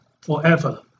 forever